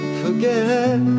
forget